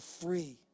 free